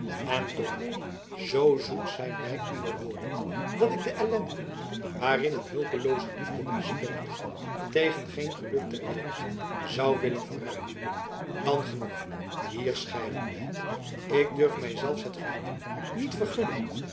en toch zoo zoet zijn mij uwe woorden dat ik de ellende waarin een hulpelooze liefde mij stoot tegen geen geluk ter wereld zou willen verruilen dan genoeg hier scheiden wij ik durf mij zelfs het genoegen met vergunnen